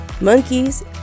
monkeys